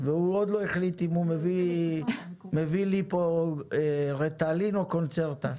והוא עוד לא החליט אם הוא מביא לי פה ריטלין או קונצרטה.